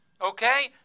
Okay